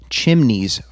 chimneys